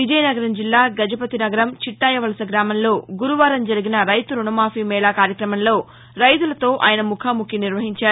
విజయనగరం జిల్లా గజపతినగరం చిట్టాయవలస గ్రామంలో గురువారం జరిగిన రైతు రుణమాఫీ మేళా కార్యక్రమంలో రైతులతో ఆయన ముఖాముఖి నిర్వహించారు